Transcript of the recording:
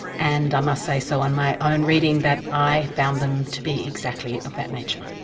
and i must say so on my own reading that i found them to be exactly of that nature.